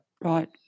Right